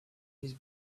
his